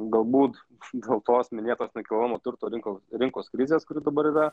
galbūt gal tos minėtos nekilnojamojo turto rinkos rinkos krizės kuri dabar yra